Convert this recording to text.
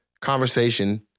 conversation